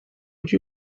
would